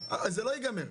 זה לא ייגמר,